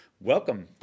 welcome